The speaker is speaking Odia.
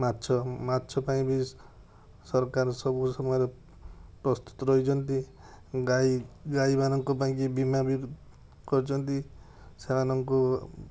ମାଛ ମାଛପାଇଁ ବି ସରକାର ସବୁ ସମୟରେ ପ୍ରସ୍ତୁତ ରହିଛନ୍ତି ଗାଈ ଗାଈମାନଙ୍କ ପାଇଁ କରିଛନ୍ତି ସେମାନଙ୍କୁ